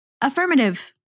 Affirmative